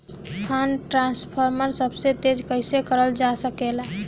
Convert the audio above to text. Fund transfer सबसे तेज कइसे करल जा सकेला?